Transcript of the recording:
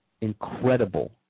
incredible